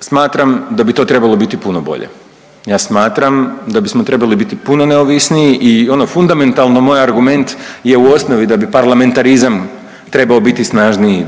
smatram da bi to trebalo biti puno bolje. Ja smatram da bismo trebali biti puno neovisniji i ono fundamentalno moj argument je osnovi da bi parlamentarizam trebao biti snažniji,